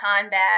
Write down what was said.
combat